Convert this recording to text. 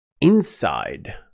inside